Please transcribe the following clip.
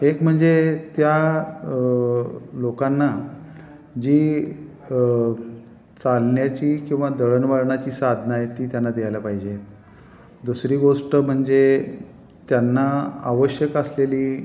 एक म्हणजे त्या लोकांना जी चालण्याची किंवा दळणवळणाची साधनं आहेत ती त्यांना द्यायला पाहिजे दुसरी गोष्ट म्हणजे त्यांना आवश्यक असलेली